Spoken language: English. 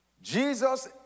Jesus